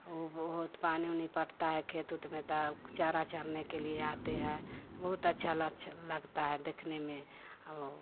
ऊ बहुत पानी ऊनि पटता है खेत ऊत में त चारा चरने के लिए आते हैं बहुत अच्छा ल च लगता है देखने में औ